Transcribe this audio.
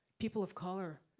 people of color